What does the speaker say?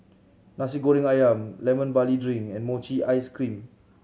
Nasi Goreng Ayam Lemon Barley Drink and mochi ice cream